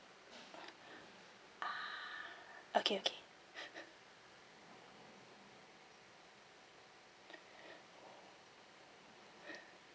ah okay okay